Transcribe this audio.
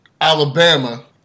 Alabama